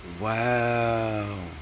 Wow